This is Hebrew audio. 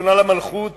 ראשונה במלכות